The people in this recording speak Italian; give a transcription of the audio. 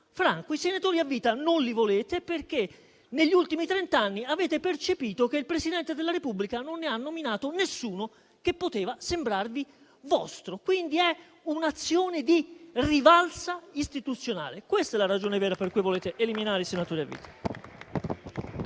franco. I senatori a vita non li volete perché negli ultimi trent'anni avete percepito che il Presidente della Repubblica non ne ha nominato nessuno che poteva sembrarvi vostro. Quindi, è un'azione di rivalsa istituzionale. Questa è la ragione vera per cui volete eliminare i senatori a vita.